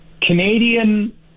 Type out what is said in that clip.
Canadian